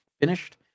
finished